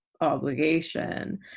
obligation